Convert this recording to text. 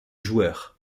joueurs